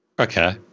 okay